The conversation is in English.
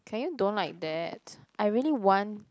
can you don't like that I really want